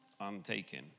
Untaken